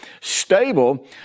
stable